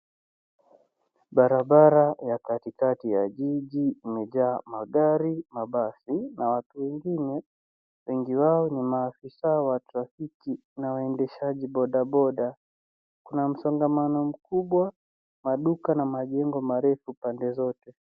Barabara ya katikati ya jiji umejaa magari, mabasi na watu wengine. Wengi wao ni maafisa wa rafiki na waendeshaji bodaboda. Kuna msongamano mkubwa wa maduka na majengo marefu pande zote.